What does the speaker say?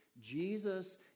Jesus